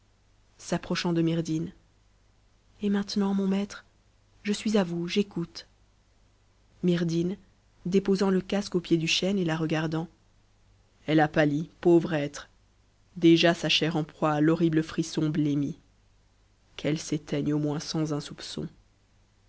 mm maintenant mon maître je suis à vous j'écoute myrdhinn m elle a pàli pauvre être déjà sa chair en proie à l'horrible frisson b ëmit qu'eue s'éteigne au moins sans un